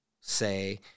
say